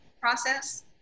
process